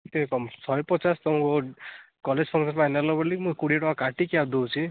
ଟିକେ କମ୍ ଶହେ ପଚାଶ ତୁମକୁ କଲେଜ ଫଙ୍କସନ୍ ପାଇଁ ନେଲ ବୋଲି ମୁଁ କୋଡ଼ିଏ ଟଙ୍କା କାଟିକି ଦେଉଛି